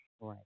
Right